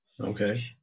Okay